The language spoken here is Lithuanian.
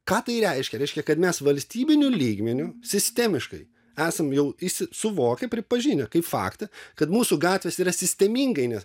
ką tai reiškia reiškia kad mes valstybiniu lygmeniu sistemiškai esam jau įsi suvokę pripažinę kaip faktą kad mūsų gatvės yra sistemingai ne